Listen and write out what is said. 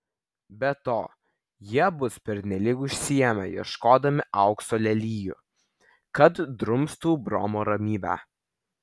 be to jie bus pernelyg užsiėmę ieškodami aukso lelijų kad drumstų bromo ramybę